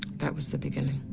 that was the beginning.